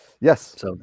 Yes